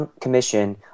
Commission